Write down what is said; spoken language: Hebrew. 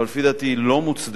אבל לפי דעתי היא לא מוצדקת,